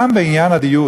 גם בעניין הדיור,